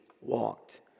walked